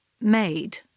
made